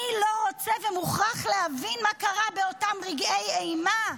מי לא רוצה ומוכרח להבין מה קרה באותם רגעי אימה?